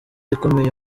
ukomeye